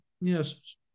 yes